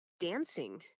dancing